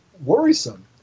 worrisome